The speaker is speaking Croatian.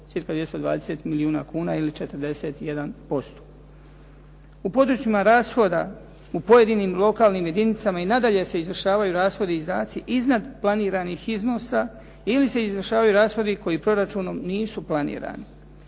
cca 220 milijuna kuna ili 41%. U područjima rashoda u pojedinim lokalnim jedinicama i nadalje se izvršavaju rashodi i izdaci iznad planiranih iznosa ili se izvršavaju rashodi koji proračunom nisu planirani.